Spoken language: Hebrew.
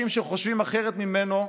לנדות מבית כנסת אנשים שחושבים אחרת ממנו,